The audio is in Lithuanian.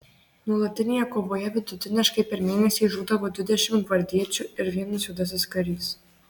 nuolatinėje kovoje vidutiniškai per mėnesį žūdavo dvidešimt gvardiečių ir vienas juodasis karys